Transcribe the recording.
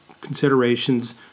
considerations